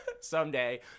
Someday